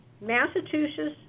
Massachusetts